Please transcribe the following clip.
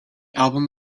album